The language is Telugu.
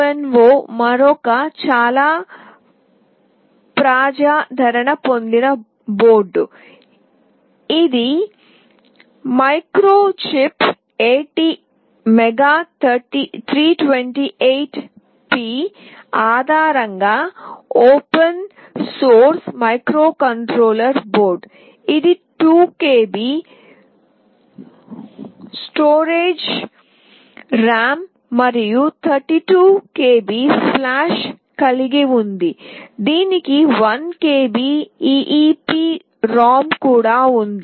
Arduino UNO మరొక చాలా ప్రజాదరణ పొందిన బోర్డు ఇది మైక్రోచిప్ ATmega328P ఆధారంగా ఓపెన్ సోర్స్ మైక్రోకంట్రోలర్ బోర్డు ఇది 2 KB స్టోరేజ్ ర్యామ్ మరియు 32 KB ఫ్లాష్ కలిగి ఉంది దీనికి 1 KB EEP ROM కూడా ఉంది